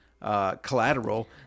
Collateral